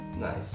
Nice